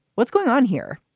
what's going on here?